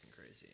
crazy